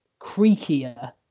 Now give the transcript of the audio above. creakier